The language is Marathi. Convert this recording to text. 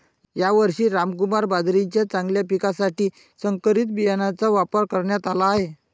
यावर्षी रामकुमार बाजरीच्या चांगल्या पिकासाठी संकरित बियाणांचा वापर करण्यात आला आहे